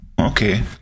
Okay